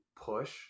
push